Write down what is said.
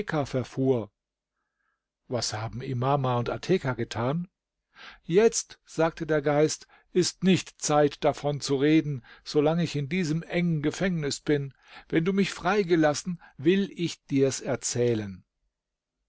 verfuhr was haben imama und ateka getan jetzt sagte der geist ist nicht zeit davon zu reden so lang ich in diesem engen gefängnis bin wenn du mich frei gelassen will ich dir's erzählen